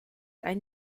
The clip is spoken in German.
ein